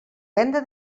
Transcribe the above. venda